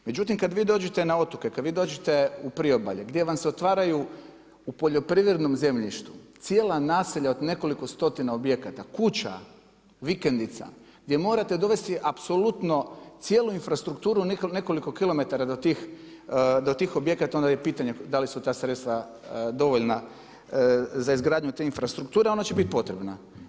Međutim kada vi dođete na otoke, kada vi dođete u priobalje gdje vam se otvaraju u poljoprivrednom zemljištu cijela naselja od nekoliko stotina objekata, kuća, vikendica gdje morate dovesti apsolutno cijelu infrastrukturu nekoliko kilometara do tih objekata onda je pitanje da li su ta sredstva dovoljna za izgradnju te infrastrukture ona će biti potrebna.